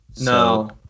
No